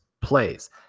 plays